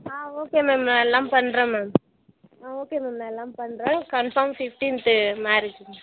ஆ okay ma'am எல்லாம் பண்ணுறன் ma'am ம் ஆ ஓகே மேம் எல்லாம் பண்ணுறன் கன்ஃபார்ம் ஃபிஃப்டீன்து மேரேஜி